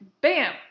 bam